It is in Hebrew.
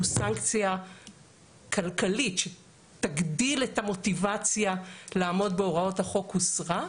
סנקציה כלכלית שתגדיל את המוטיבציה לעמוד בהוראות החוק הוסרה.